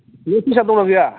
फैसा दंना गैया